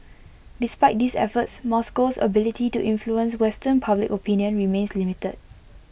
despite these efforts Moscow's ability to influence western public opinion remains limited